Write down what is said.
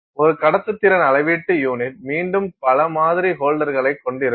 ஒரு கடத்துத்திறன் அளவீட்டு யூனிட் மீண்டும் பல மாதிரி ஹோல்டர்களை கொண்டிருக்கும்